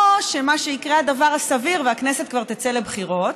או שיקרה הדבר הסביר והכנסת כבר תצא לבחירות.